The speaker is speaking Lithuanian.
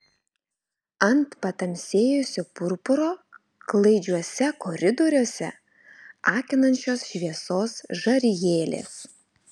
ant patamsėjusio purpuro klaidžiuose koridoriuose akinančios šviesos žarijėlės